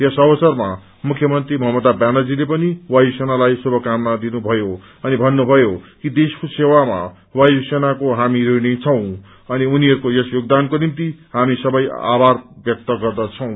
यस अवसरमा मुख्य मंत्री ममता व्यानज्रीले पनि वायु सेनालाई शुभकामना दिनुभयो अनि भन्नुभयो कि देशको सेवामा वायु सेनाको हामी ऋणी छौं अनि उनीहरूको यस यसेगदानको निम्नि हामी आभार व्यक्त गर्दछौं